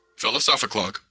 philosophic log.